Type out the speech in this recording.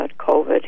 COVID